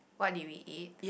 what did we eat